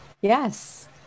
Yes